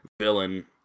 villain